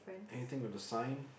anything with the sign